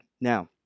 Now